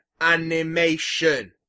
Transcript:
animation